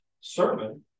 sermon